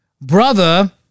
brother